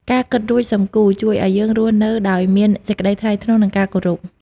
ការ «គិតរួច សឹមគូរ» ជួយឱ្យយើងរស់នៅដោយមានសេចក្ដីថ្លៃថ្នូរ និងការគោរព។